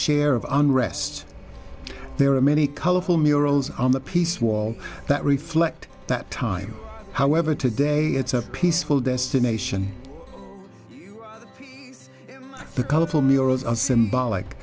share of on rest there are many colorful murals on the piece wall that reflect that time however today it's a peaceful destination the colorful murals are symbolic